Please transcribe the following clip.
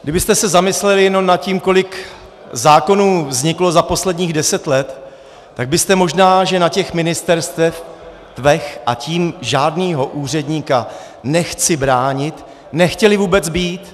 Kdybyste se zamysleli jenom nad tím, kolik zákonů vzniklo za posledních deset let, tak byste možná na těch ministerstvech, a tím žádného úředníka nechci bránit, nechtěli vůbec být.